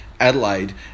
Adelaide